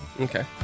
Okay